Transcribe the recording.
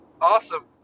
Awesome